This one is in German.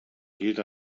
gilt